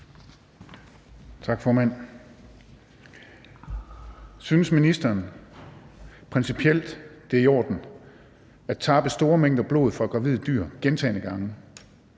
Tak, formand. Synes ministeren principielt, at det er i orden at tappe store mængder blod fra gravide dyr gentagne gange